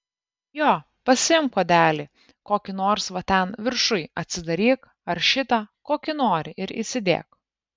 jo pasiimk puodelį kokį nors va ten viršuj atsidaryk ar šitą kokį nori ir įsidėk